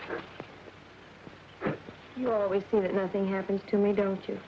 it's you always see that nothing happens to me don't you